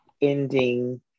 ending